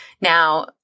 Now